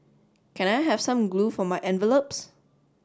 can I have some glue for my envelopes